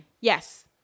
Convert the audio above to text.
Yes